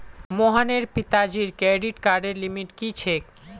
मोहनेर पिताजीर क्रेडिट कार्डर लिमिट की छेक